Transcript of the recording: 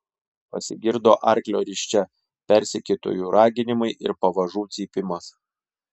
pasigirdo arklio risčia persekiotojų raginimai ir pavažų cypimas